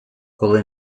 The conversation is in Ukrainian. коли